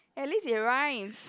at least it rhymes